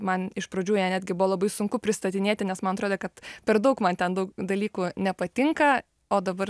man iš pradžių ją netgi buvo labai sunku pristatinėti nes man atrodė kad per daug man ten daug dalykų nepatinka o dabar